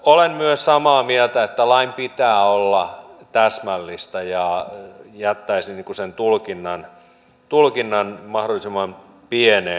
olen myös samaa mieltä että lain pitää olla täsmällistä ja jättäisin sen tulkinnan mahdollisimman pieneen